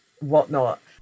whatnot